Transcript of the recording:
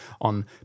on